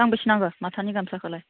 गांबेसे नांगौ माथानि गामसाखौलाय